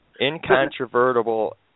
incontrovertible